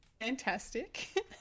fantastic